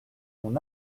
mon